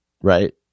right